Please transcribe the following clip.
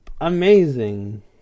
amazing